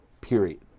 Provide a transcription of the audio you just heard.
Period